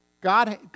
God